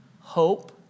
hope